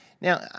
Now